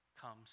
comes